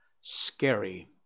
scary